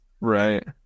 Right